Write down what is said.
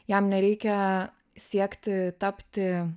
jam nereikia siekti tapti